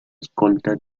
escolta